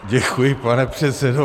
Děkuji, pane předsedo.